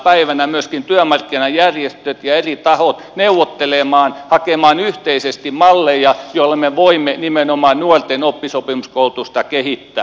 päivänä myöskin työmarkkinajärjestöt ja eri tahot neuvottelemaan hakemaan yhteisesti malleja joilla me voimme nimenomaan nuorten oppisopimuskoulutusta kehittää